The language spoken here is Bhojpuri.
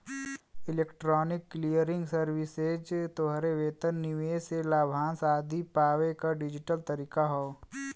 इलेक्ट्रॉनिक क्लियरिंग सर्विसेज तोहरे वेतन, निवेश से लाभांश आदि पावे क डिजिटल तरीका हौ